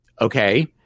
Okay